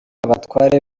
abatware